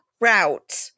route